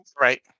right